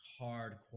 hardcore